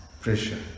pressure